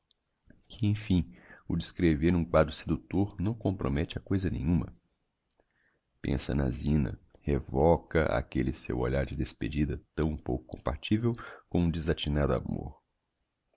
emfim o descrever um quadro seductor não compromete a coisa nenhuma pensa na zina revóca aquelle seu olhar de despedida tão pouco compativel com um desatinado amor